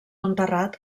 enterrat